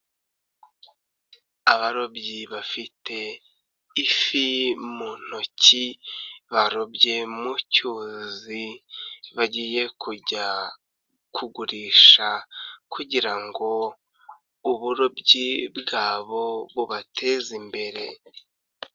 Abarobyi bafite ifi mu ntoki barobye mu cyuzi bagiye kujya kugurisha kugira ngo uburobyi bwabo bubateze imbere.